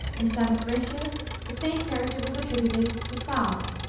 in samothracia the same character was attributed to saon,